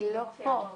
היא לא נמצאת.